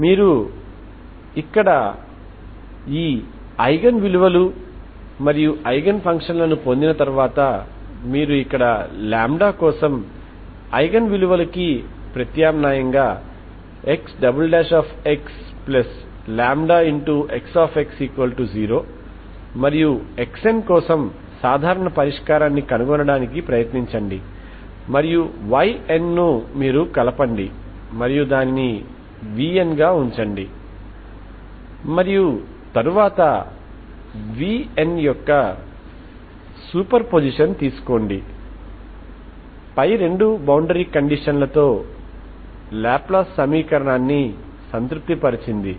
మీరు ఇక్కడ ఈ ఐగెన్ విలువలు మరియు ఐగెన్ ఫంక్షన్ లను పొందిన తర్వాత మీరు ఇక్కడ లాంబ్డా కోసం ఐగెన్ విలువలకి ప్రత్యామ్నాయం XxλXx0 మరియు Xn కోసం సాధారణ పరిష్కారాన్ని కనుగొనడానికి ప్రయత్నించండి మరియు Yn ను మీరు కలపండి మరియు దానిని vn గా ఉంచండి మరియు తరువాత vnయొక్క సూపర్ పొజిషన్ తీసుకోండి పై రెండు బౌండరీ కండిషన్ లతో లాప్లాస్ సమీకరణాన్ని సంతృప్తిపరిచింది